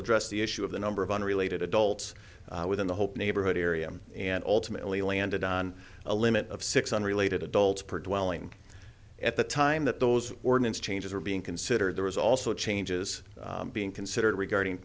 addressed the issue of the number of unrelated adults within the hope neighborhood area and ultimately landed on a limit of six unrelated adults prevailing at the time that those ordinance changes were being considered there was also changes being considered regarding